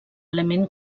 element